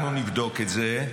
--- שנייה, אנחנו נבדוק את זה.